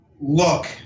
look